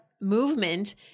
movement